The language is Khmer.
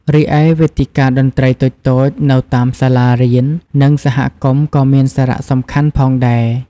រីឯវេទិកាតន្ត្រីតូចៗនៅតាមសាលារៀន និងសហគមន៍ក៏មានសារៈសំខាន់ផងដែរ។